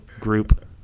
group